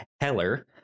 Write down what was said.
heller